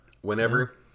whenever